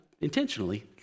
intentionally